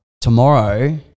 tomorrow